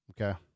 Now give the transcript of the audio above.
Okay